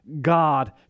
God